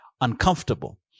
uncomfortable